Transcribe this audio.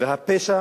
והפשע